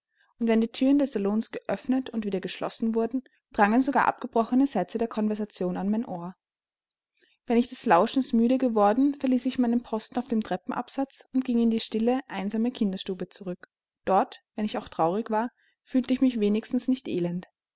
und wenn die thüren des salons geöffnet und wieder geschlossen wurden drangen sogar abgebrochene sätze der konversation an mein ohr wenn ich des lauschens müde geworden verließ ich meinen posten auf dem treppenabsatz und ging in die stille einsame kinderstube zurück dort wenn ich auch traurig war fühlte ich mich wenigstens nicht elend